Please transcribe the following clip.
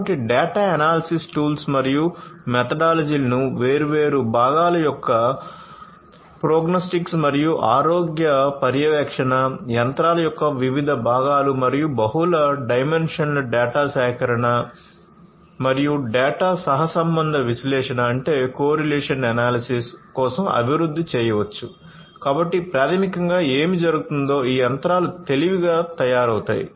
కాబట్టి data analysis tools మరియు మెథడాలజీలను వేర్వేరు భాగాల యొక్క ప్రోగ్నోస్టిక్స్ మరియు ఆరోగ్య పర్యవేక్షణ యంత్రాల యొక్క వివిధ భాగాలు మరియు బహుళ డైమెన్షనల్ డేటా సేకరణ మరియు డేటా సహసంబంధ విశ్లేషణ కలిగి ఉంటాయి